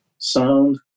sound